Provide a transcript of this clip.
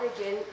again